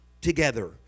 together